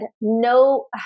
no –